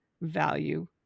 value